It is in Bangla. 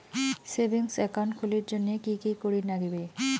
সেভিঙ্গস একাউন্ট খুলির জন্যে কি কি করির নাগিবে?